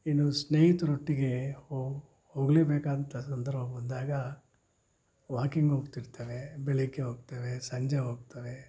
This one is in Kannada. ಇನ್ನು ಸ್ನೇಹಿತ್ರು ಒಟ್ಟಿಗೆ ಹೋಗಲೇ ಬೇಕಾದಂಥ ಸಂದರ್ಭ ಬಂದಾಗ ವಾಕಿಂಗ್ ಹೋಗ್ತಿರ್ತೇವೆ ಬೆಳಗ್ಗೆ ಹೋಗ್ತೇವೆ ಸಂಜೆ ಹೋಗ್ತೇವೆ